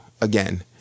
again